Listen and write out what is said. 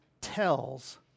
tells